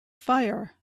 fire